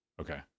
Okay